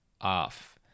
off